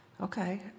okay